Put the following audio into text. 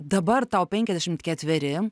dabar tau penkiasdešimt ketveri